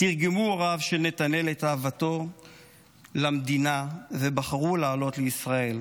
תרגמו הוריו של נתנאל את אהבתו למדינה ובחרו לעלות לישראל.